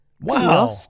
Wow